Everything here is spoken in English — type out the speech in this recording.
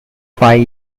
five